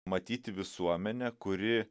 matyti visuomenę kuri